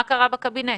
מה קרה בקבינט?